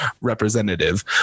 representative